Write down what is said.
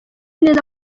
neza